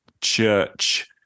church